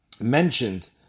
mentioned